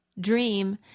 dream